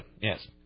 yes